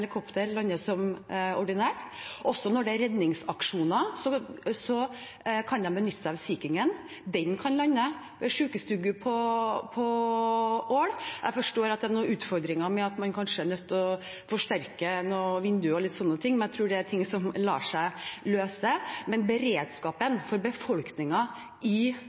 helikopter lande som ordinært. Også når det er redningsaksjoner, kan de benytte seg av Sea King, de kan lande ved Hallingdal sjukestugu på Ål. Jeg forstår at det er noen utfordringer med at man kanskje er nødt til å forsterke noen vinduer og litt sånne ting, men jeg tror det er ting som lar seg løse. Men beredskapen for befolkningen i